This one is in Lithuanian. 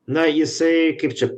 na jisai kaip čia